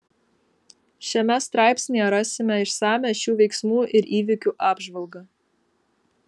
šiame straipsnyje rasime išsamią šių veiksmų ir įvykių apžvalgą